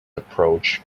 approach